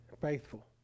faithful